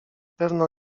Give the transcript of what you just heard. pewno